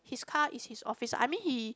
his car is his office I mean he